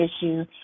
issue